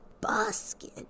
Buskin